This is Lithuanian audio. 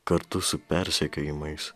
kartu su persekiojimais